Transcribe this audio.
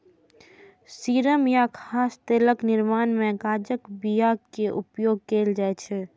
serum आ खाद्य तेलक निर्माण मे गांजाक बिया के उपयोग कैल जाइ छै